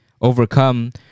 overcome